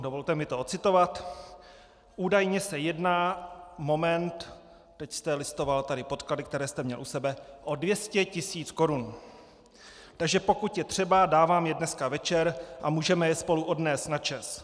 Dovolte mi to odcitovat: Údajně se jedná, moment teď jste listoval tady podklady, které jste měl u sebe o 200 tisíc korun, takže pokud je třeba, dám vám je dneska večer a můžeme je spolu odnést na ČEZ.